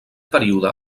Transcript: període